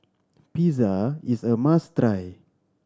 pizza is a must try